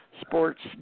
sports